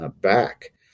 back